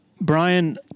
Brian